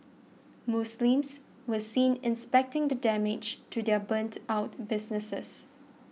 Muslims were seen inspecting the damage to their burnt out businesses